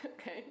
Okay